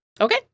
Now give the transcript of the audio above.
Okay